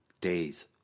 days